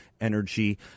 energy